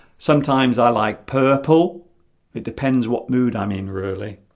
sometimes i like purple it depends what mood i mean really